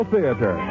Theater